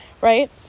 right